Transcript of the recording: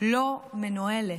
לא מנוהלת.